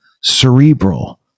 cerebral